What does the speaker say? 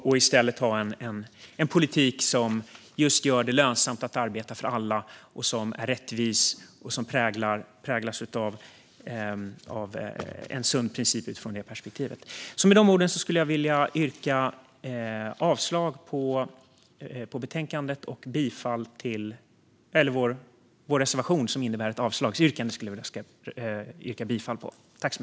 I stället ska vi ha en politik som gör det lönsamt att arbeta för alla och som är rättvis och präglas av en sund princip utifrån det perspektivet. Med de orden vill jag yrka bifall till vår reservation.